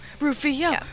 Rufio